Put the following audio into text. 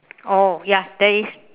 oh ya there is